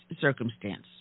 circumstance